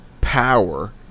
power